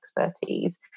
expertise